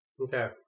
Okay